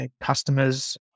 customers